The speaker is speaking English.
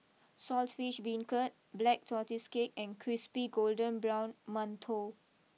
Saltish Beancurd Black Tortoise Cake and Crispy Golden Brown Mantou